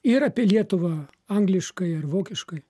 ir apie lietuvą angliškai ar vokiškai